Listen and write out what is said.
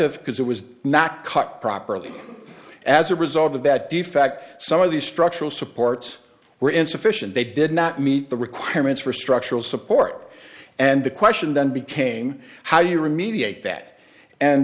because it was not cut properly as a result of that defect some of the structural supports were insufficient they did not meet the requirements for structural support and the question then became how do you remediate that and